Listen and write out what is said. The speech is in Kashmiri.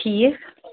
ٹھیٖک